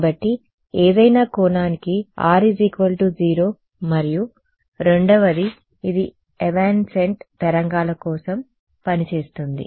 కాబట్టి ఏదైనా కోణానికి R 0 మరియు రెండవది ఇది ఎవాన్సెంట్ తరంగాల కోసం పనిచేస్తుంది